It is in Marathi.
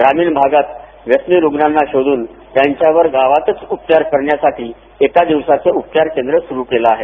ग्रामीण भागात व्यसनी रुग्णांना शोधून त्यांच्यावर गावातच उपचार करण्यासाठी एका दिवसाचं उपचार केंद्र सुरू केलं आहे